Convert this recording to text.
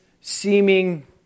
seeming